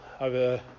over